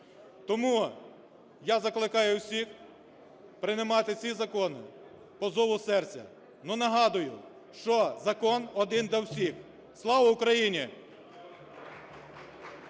Тому, я закликаю всіх приймати ці закони по зову серця, але нагадую, що закон один для всіх. Слава Україні!